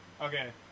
okay